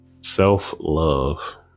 Self-love